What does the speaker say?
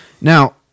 Now